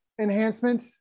enhancement